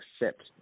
accept